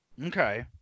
Okay